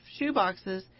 shoeboxes